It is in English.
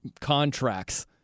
contracts